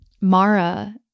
Mara